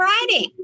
writing